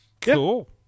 Cool